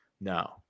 no